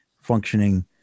functioning